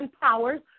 powers